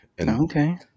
Okay